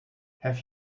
have